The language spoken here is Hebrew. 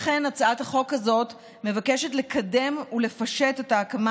לכן הצעת החוק הזאת מבקשת לקדם ולפשט את ההקמה